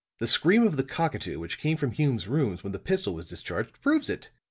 the scream of the cockatoo which came from hume's rooms when the pistol was discharged proves it.